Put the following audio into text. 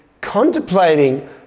contemplating